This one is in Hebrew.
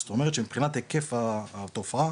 זאת אומרת שמבחינת היקף התופעה,